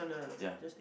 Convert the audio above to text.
ya